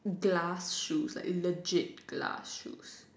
glass shoes like legit glass shoes